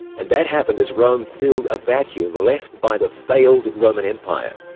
and that happened as rome filled a vacuum left by the failed roman empire.